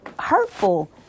hurtful